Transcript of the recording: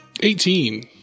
Eighteen